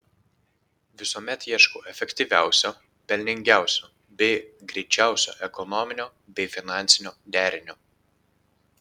visuomet ieškau efektyviausio pelningiausio bei greičiausio ekonominio bei finansinio derinio